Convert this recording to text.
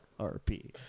RP